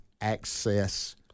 access